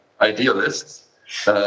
idealists